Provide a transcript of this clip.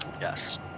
Yes